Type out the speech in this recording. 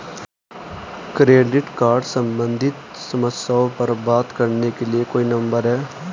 Credit card सम्बंधित समस्याओं पर बात करने के लिए कोई नंबर है?